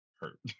hurt